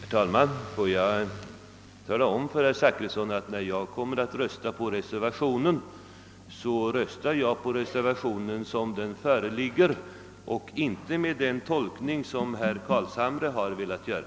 Herr talman! Får jag tala om för herr Zachrisson, att när jag röstar för reservationen ansluter jag mig till den sådan den föreligger och inte med den tolkning som herr Carlshamre har velat göra.